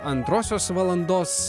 antrosios valandos